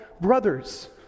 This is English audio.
brothers